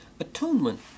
Atonement